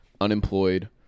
unemployed